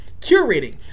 curating